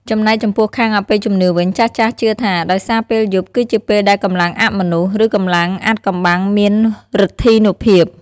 ចំណែកចំពោះខាងអបិយជំនឿវិញ ចាស់ៗជឿថាដោយសារពេលយប់គឺជាពេលដែលកម្លាំងអមនុស្ស ឬកម្លាំងអាថ៌កំបាំងមានឬទ្ធានុភាព។